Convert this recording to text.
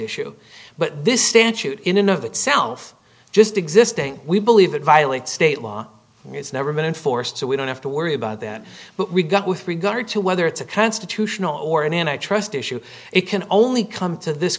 issue but this stance shoot in of itself just existing we believe it violates state law has never been enforced so we don't have to worry about that but we got with regard to whether it's a constitutional or an antitrust issue it can only come to this